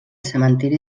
cementiri